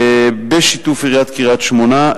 בשיתוף עיריית קריית-שמונה,